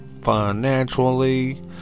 financially